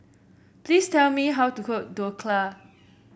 please tell me how to cook Dhokla